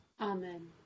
Amen